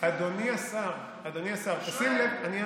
אדוני השר, אדוני השר, תשים לב, אני שואל.